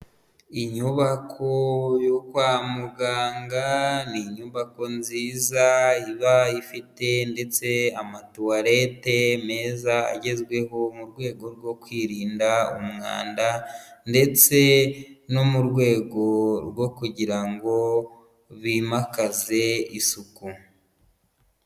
Inyubako yo kwa muganga, ni inyubako nziza iba ifite, ndetse amatuwalete meza agezweho mu rwego rwo kwirinda umwanda ndetse no mu rwego rwo kugira ngo bimakaze isuku.